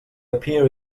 appear